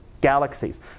galaxies